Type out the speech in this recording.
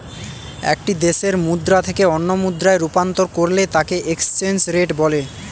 একটি দেশের মুদ্রা থেকে অন্য মুদ্রায় রূপান্তর করলে তাকেএক্সচেঞ্জ রেট বলে